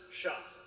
shot